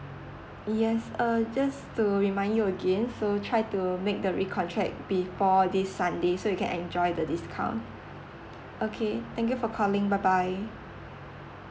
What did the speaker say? yes uh just to remind you again so try to make the recontract before this sunday so you can enjoy the discount okay thank you for calling bye bye